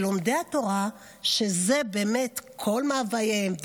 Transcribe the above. ולומדי התורה שזה באמת כל מאווייהם,